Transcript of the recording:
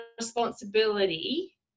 responsibility